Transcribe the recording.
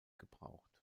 gebraucht